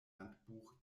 handbuch